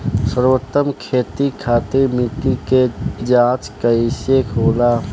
सर्वोत्तम खेती खातिर मिट्टी के जाँच कइसे होला?